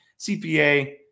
CPA